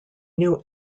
new